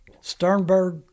sternberg